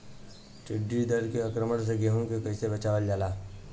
टिडी दल के आक्रमण से गेहूँ के कइसे बचावल जाला?